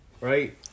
right